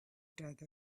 desert